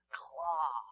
claw